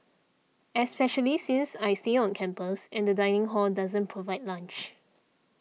especially since I stay on campus and the dining hall doesn't provide lunch